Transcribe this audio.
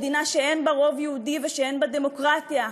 מדינה שאין בה רוב יהודי ושאין בה דמוקרטיה,